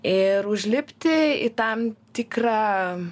ir užlipti į tam tikrą